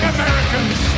Americans